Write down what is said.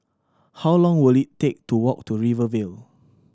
how long will it take to walk to Rivervale